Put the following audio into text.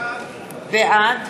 בעד